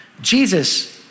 Jesus